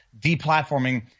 deplatforming